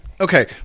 Okay